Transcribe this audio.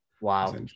Wow